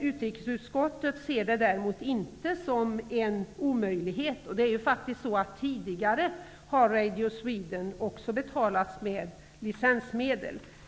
Utrikesutskottet ser däremot inte en sådan som en omöjlighet, och det är faktiskt så att Radio Sweden tidigare har betalats med licensmedel.